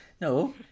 no